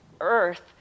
earth